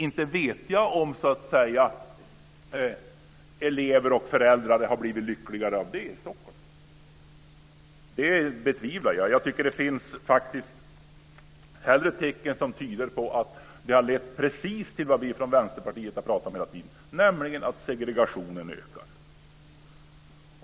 Inte vet jag om elever har blivit lyckligare av det i Stockholm. Det betvivlar jag. Det finns tecken som tyder på att det har lett precis till det vi från Vänsterpartiet har talat om hela tiden, nämligen att segregationen ökar.